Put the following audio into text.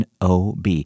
NOB